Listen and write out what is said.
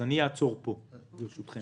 אני אעצור פה, ברשותכם.